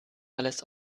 alles